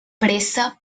pressa